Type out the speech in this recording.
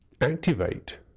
activate